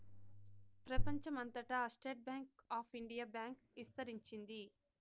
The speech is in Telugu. ప్రెపంచం అంతటా state bank of India bank ఇస్తరించింది